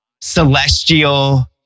celestial